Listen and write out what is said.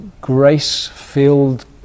grace-filled